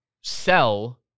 sell